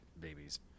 Babies